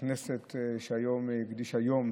לכנסת שהקדישה יום